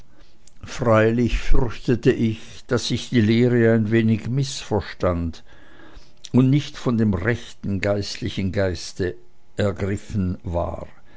freilich fürchte ich daß ich die lehre ein wenig mißverstand und nicht von dem rechten geistlichen geiste ergriffen war